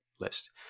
list